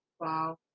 Wow